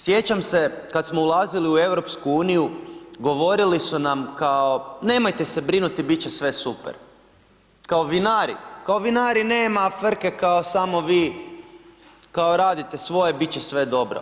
Sjećam se kad smo ulazili u EU govorili su nam kao nemojte se brinuti, bit će sve super, kao vinari, kao vinari nema frke kao samo vi kao radite svoje bit će sve dobro.